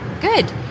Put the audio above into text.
Good